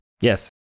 Yes